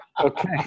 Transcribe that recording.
Okay